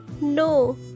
No